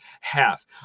half